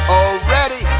already